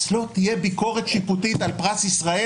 אז לא תהיה ביקורת שיפוטית על פרס ישראל,